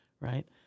right